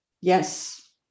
Yes